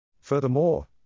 Furthermore